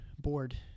board